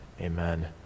Amen